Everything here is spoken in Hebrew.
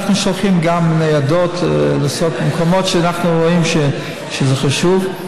אנחנו שולחים גם ניידות למקומות שבהם אנחנו רואים שזה חשוב,